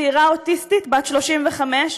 צעירה אוטיסטית בת 35,